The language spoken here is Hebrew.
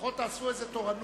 לפחות תעשו איזו תורנות.